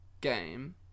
game